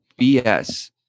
BS